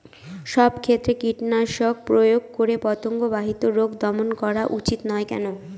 সব ক্ষেত্রে কীটনাশক প্রয়োগ করে পতঙ্গ বাহিত রোগ দমন করা উচিৎ নয় কেন?